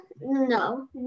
No